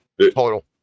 Total